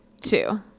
two